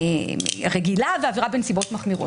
עבירה רגילה ועבירה בנסיבות מחמירות.